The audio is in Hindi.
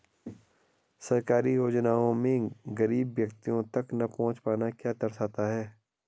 सरकारी योजनाओं का गरीब व्यक्तियों तक न पहुँच पाना क्या दर्शाता है?